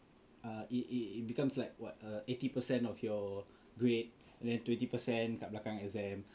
err it it it becomes like what uh eighty percent of your grade then twenty percent kat belakang exam